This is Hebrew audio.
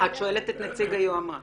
אני --- את שואלת את נציג היועמ"ש?